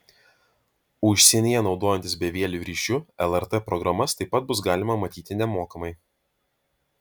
užsienyje naudojantis bevieliu ryšiu lrt programas taip pat bus galima matyti nemokamai